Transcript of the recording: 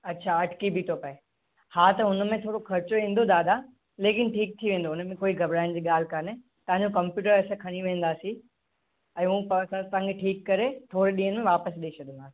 अच्छा अटिकी बि थो पए हा त उन में थोरो ख़र्चो ईंदो दादा लेकिन ठीकु थी वेंदो उन में कोई घबराइण जी ॻाल्हि कोन्हे तव्हां जो कंप्यूटर असां खणी वेंदासीं ऐं हू असां तव्हां खे ठीक करे थोरे ॾींहंनि में वापसि ॾई छॾींदासीं